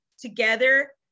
together